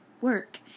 work